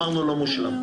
אמרנו שזה לא מושלם.